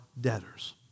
debtors